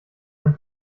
ein